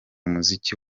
muziki